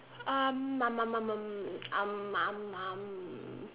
um um um um um um um um